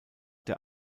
der